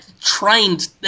trained